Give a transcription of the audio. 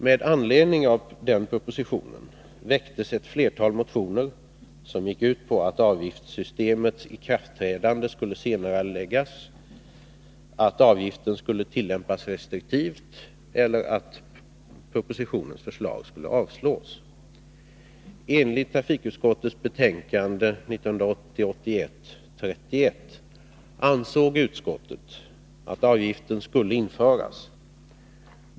Med anledning av propositionen väcktes ett flertal motioner, som gick ut på att avgiftssystemets ikraftträdande skulle senareläggas, att avgiften skulle tillämpas restriktivt eller att propositionens förslag skulle avslås. Enligt trafikutskottets betänkande 1980/81:31 ansåg utskottet att avgiften skulle införas.